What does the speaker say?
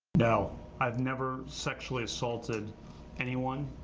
you know i've never sexually assaulted anyone,